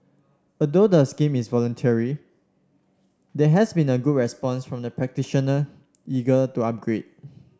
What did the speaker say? although the scheme is voluntary there has been a good response from practitioner eager to upgrade